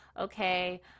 Okay